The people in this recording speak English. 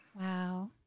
Wow